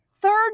third